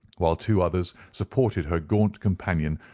while two others supported her gaunt companion,